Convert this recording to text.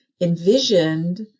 envisioned